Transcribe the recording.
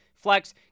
Flex